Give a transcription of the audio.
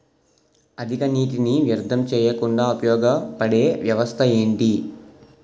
అధిక నీటినీ వ్యర్థం చేయకుండా ఉపయోగ పడే వ్యవస్థ ఏంటి